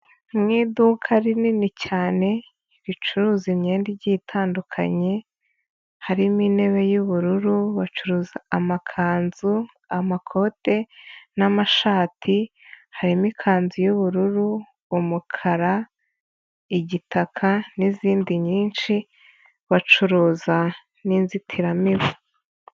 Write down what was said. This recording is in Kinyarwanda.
Mu iduka rinini cyane ricuruza imyenda igiye itandukanye harimo intebe y'ubururu, bacuruza amakanzu, amakote n'amashati harimo ikanzu y'ubururu, umukara, igitaka n'izindi nyinshi bacuruza n'inzitiramibu.